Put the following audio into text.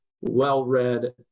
well-read